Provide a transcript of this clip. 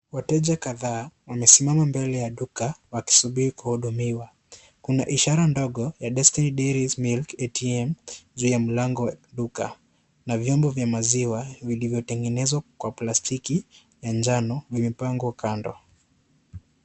Wateja kadhaa wamesimama mbele ya duka wakisubiri kuhudumiwa . Kuna ishara ndogo ya Destiny Dairies Milk ATM juu ya mlango wa duka na vyombo vya maziwa vilivyotengenezwa kwa plastiki ya njano vimepangwa kando.